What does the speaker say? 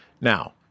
Now